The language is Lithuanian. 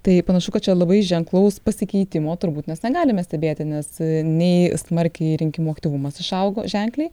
tai panašu kad čia labai ženklaus pasikeitimo turbūt mes negalime stebėti nes nei smarkiai rinkimų aktyvumas išaugo ženkliai